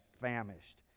famished